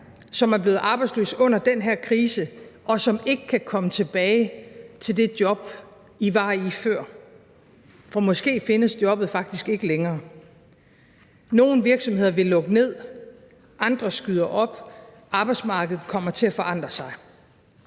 som er blevet arbejdsløse under den her krise, og som ikke kan komme tilbage til det job, I var i før, for måske findes jobbet faktisk ikke længere. Nogle virksomheder vil lukke ned, mens andre skyder op. Arbejdsmarkedet kommer til at forandre sig.